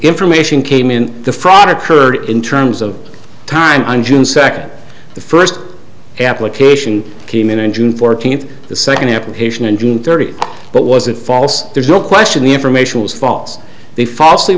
information came in the fraud occurred in terms of time on june second the first application came in in june fourteenth the second application in june thirtieth but wasn't false there's no question the information was false they falsely